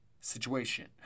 situation